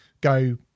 go